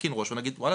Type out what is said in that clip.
נרכין ראש ונגיד וואלה,